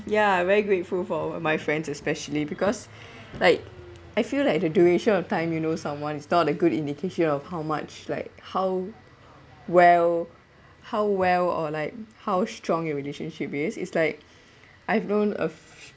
ya very grateful for my friends especially because like I feel like the duration of time you know someone is not a good indication of how much like how well how well or like how strong your relationship is it's like I've known a few